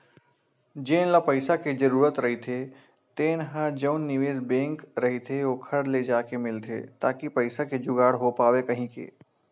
जेन ल पइसा के जरूरत रहिथे तेन ह जउन निवेस बेंक रहिथे ओखर ले जाके मिलथे ताकि पइसा के जुगाड़ हो पावय कहिके